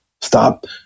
Stop